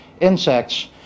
Insects